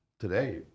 Today